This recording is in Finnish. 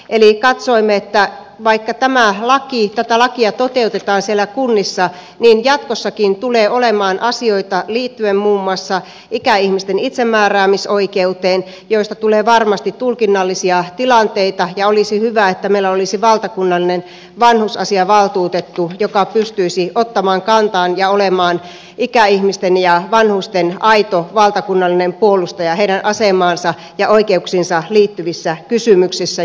eli katsoimme että vaikka tätä lakia toteutetaan siellä kunnissa niin jatkossakin tulee olemaan asioita liittyen muun muassa ikäihmisten itsemääräämisoikeuteen joista tulee varmasti tulkinnallisia tilanteita ja olisi hyvä että meillä olisi valtakunnallinen vanhusasiavaltuutettu joka pystyisi ottamaan kantaa ja olemaan ikäihmisten ja vanhusten aito valtakunnallinen puolustaja heidän asemaansa ja oikeuksiinsa liittyvissä kysymyksissä